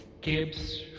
Gibbs